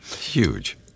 Huge